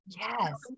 Yes